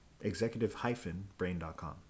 executive-brain.com